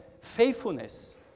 faithfulness